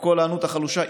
קול ענות החלושה,